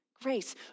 Grace